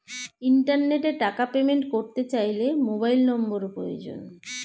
ইন্টারনেটে টাকা পেমেন্ট করতে চাইলে মোবাইল নম্বর প্রয়োজন